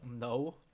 No